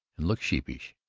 and looked sheepish.